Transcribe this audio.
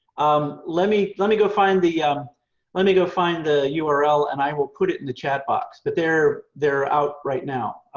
um let me, let me go find the um let me go find the yeah url and i will put it in the chat box, but they're they're out right now.